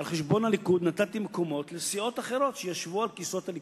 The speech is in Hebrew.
על חשבון הליכוד נתתי מקומות לסיעות אחרות שישבו על כיסאות הליכוד.